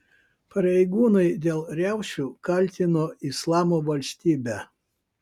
pareigūnai dėl riaušių kaltino islamo valstybę